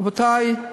רבותי,